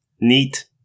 Neat